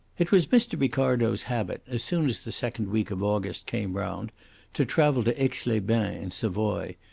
it was mr. ricardo's habit as soon as the second week of august came round to travel to aix-les-bains, in savoy,